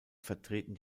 vertreten